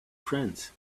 friends